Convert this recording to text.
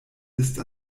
ist